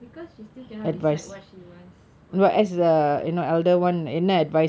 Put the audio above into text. because she still cannot decide what she wants for P_F_P oh